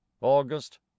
August